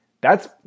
thats